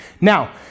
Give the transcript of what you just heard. now